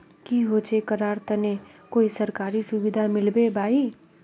की होचे करार तने कोई सरकारी सुविधा मिलबे बाई?